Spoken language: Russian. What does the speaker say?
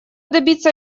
добиться